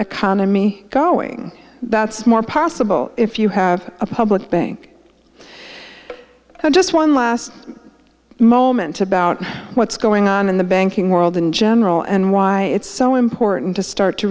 economy growing that's more possible if you have a public bank and just one last moment about what's going on in the banking world in general and why it's so important to start to